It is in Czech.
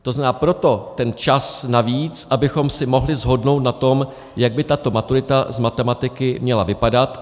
To znamená, proto ten čas navíc, abychom se mohli shodnout na tom, jak by tato maturita z matematiky měla vypadat.